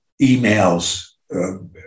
emails